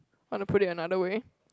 want to put it another way